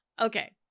Okay